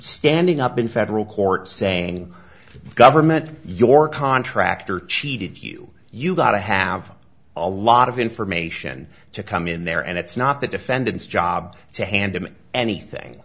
standing up in federal court saying the government your contractor cheated you you got to have a lot of information to come in there and it's not the defendant's job to handle anything